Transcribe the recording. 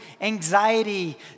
anxiety